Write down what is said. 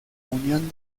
unión